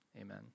Amen